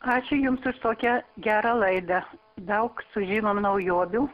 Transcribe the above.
ačiū jums už tokią gerą laidą daug sužinom naujovių